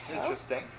Interesting